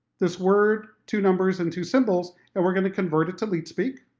this word, two numbers, and two symbols, and we're going to convert it to leet-speak.